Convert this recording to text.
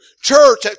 church